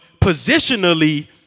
positionally